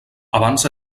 abans